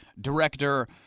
director